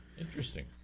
Interesting